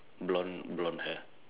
blonde blonde hair